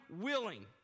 willing